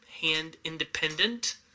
hand-independent